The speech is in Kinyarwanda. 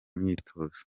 myitozo